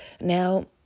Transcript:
Now